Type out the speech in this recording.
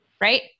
right